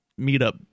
meetup